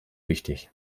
wichtig